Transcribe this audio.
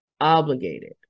obligated